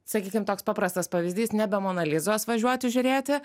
sakykim toks paprastas pavyzdys nebe mona lizos važiuoti žiūrėti